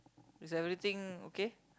is everything okay